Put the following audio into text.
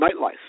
nightlife